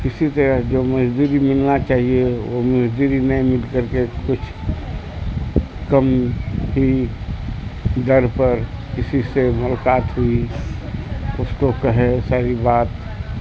کسی طرح جو مزدوری ملنا چاہیے وہ مزدوری نہیں مل کر کے کچھ کم ہی در پر کسی سے ملاقات ہوئی اس کو کہے ساری بات